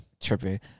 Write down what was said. Tripping